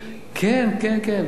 1 במאי?